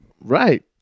Right